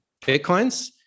Bitcoins